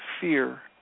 fear